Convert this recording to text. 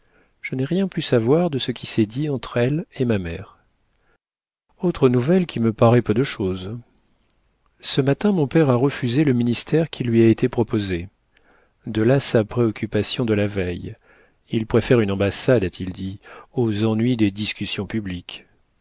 je n'ai rien pu savoir de ce qui s'est dit entre elle et ma mère autre nouvelle qui me paraît peu de chose ce matin mon père a refusé le ministère qui lui a été proposé de là sa préoccupation de la veille il préfère une ambassade a-t-il dit aux ennuis des discussions publiques